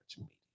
Media